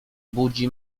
budzi